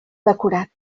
decorat